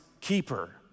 keeper